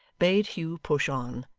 bade hugh push on,